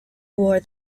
wore